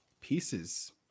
pieces